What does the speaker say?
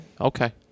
Okay